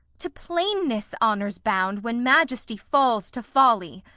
to plainness honour's bound when majesty falls to folly.